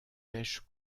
mèches